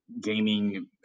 gaming